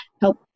help